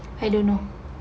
I don't know